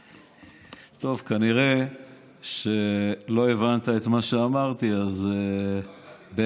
טוב, כנראה לא הבנת את מה שאמרתי, אז בהרחבה.